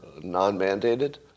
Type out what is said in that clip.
non-mandated